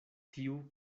tiu